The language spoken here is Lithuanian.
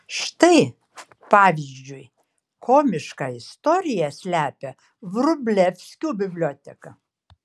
štai pavyzdžiui komišką istoriją slepia vrublevskių biblioteka